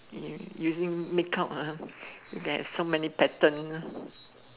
using make up ah theres so many pattern